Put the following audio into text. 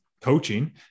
coaching